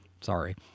Sorry